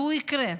והוא יקרה.